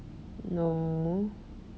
no